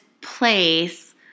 place